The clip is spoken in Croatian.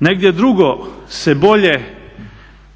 negdje drugdje se bolje